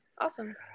Awesome